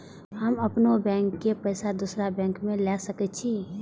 हम अपनों बैंक के पैसा दुसरा बैंक में ले सके छी?